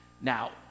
Now